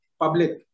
public